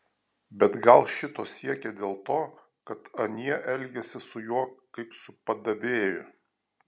bet gal šito siekė dėl to kad anie elgėsi su juo kaip su padavėju